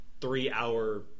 three-hour